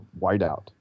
whiteout